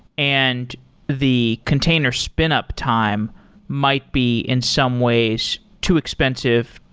and the container spin up time might be in some ways too expensive.